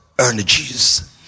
energies